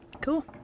Cool